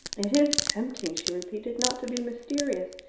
it is tempting, she repeated, not to be mysterious.